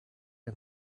and